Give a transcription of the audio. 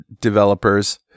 developers